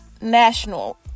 national